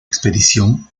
expedición